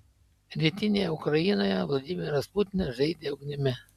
rytinėje ukrainoje vladimiras putinas žaidė ugnimi